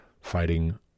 fighting